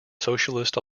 socialist